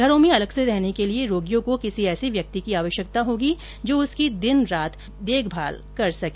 घरों में अलग से रहने के लिए रोगियों को किसी ऐसे व्यक्ति की आवश्यकता होगी जो उसकी दिन रात देखभाल कर सके